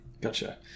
Gotcha